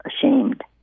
ashamed